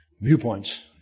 viewpoints